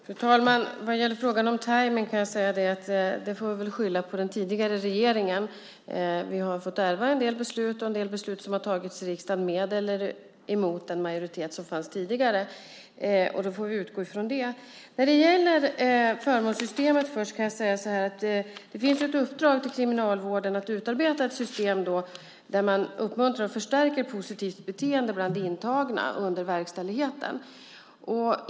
Fru talman! Vad gäller frågan om tajmning får vi nog skylla det på den tidigare regeringen. Vi har fått ärva en del beslut som fattats av riksdagen med eller mot den majoritet som fanns tidigare. Då får vi utgå från det. När det gäller förmånssystem kan jag säga att det finns ett uppdrag till Kriminalvården att utarbeta ett system där man uppmuntrar och förstärker positivt beteende bland de intagna under verkställigheten.